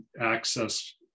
access